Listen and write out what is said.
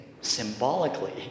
Symbolically